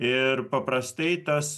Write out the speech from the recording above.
ir paprastai tas